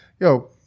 yo